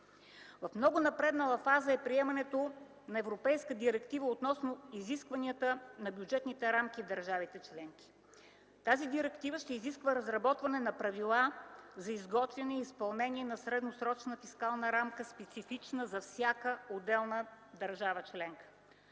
В много напреднала фаза е и приемането на Европейската директива относно изискванията на бюджетните рамки в държавите членки. Тази директива ще изисква разработване на правила за изготвяне и изпълнение на средносрочна фискална рамка, специфична за всяка отделна държава членка.